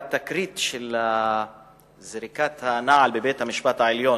התקרית של זריקת הנעל בבית-המשפט העליון